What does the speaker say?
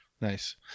Nice